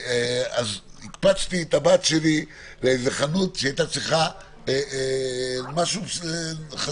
אז הקפצתי את הבת שלי לחנות שהיא הייתה צריכה משהו חשוב,